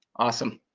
awesome.